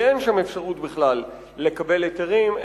כי אין שם אפשרות בכלל לקבל היתרים,